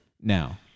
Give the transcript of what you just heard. Now